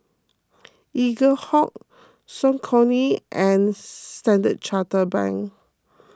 Eaglehawk Saucony and Standard Chartered Bank